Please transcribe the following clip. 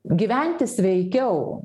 gyventi sveikiau